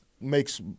makes